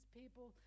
people